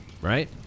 right